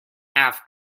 half